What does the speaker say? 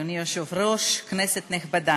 אדוני היושב-ראש, כנסת נכבדה,